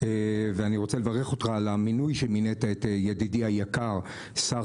רוצה לברך אותך על המינוי שמינית את ידידי היקר שר